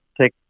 take